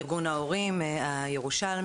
אני מארגון ההורים הירושלמי,